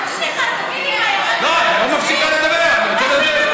מה יש לך, תגיד?